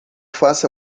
faça